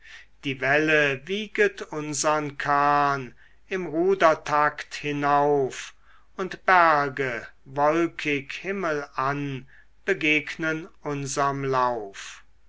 die welle wieget unsern kahn im rudertakt hinauf und berge wolkig himmelan begegnen unserm lauf